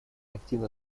активно